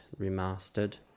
remastered